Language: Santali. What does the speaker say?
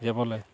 ᱡᱮ ᱵᱚᱞᱮ